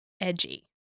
edgy